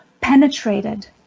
penetrated